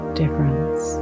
difference